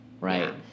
right